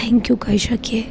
thank you કહી શકીએ